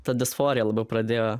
ta disforija labiau pradėjo